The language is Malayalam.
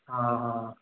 ആ ഹാ